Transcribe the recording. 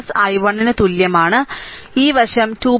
5 i 1 ന് തുല്യമാണ് ഈ വശം 2